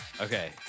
Okay